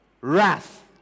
wrath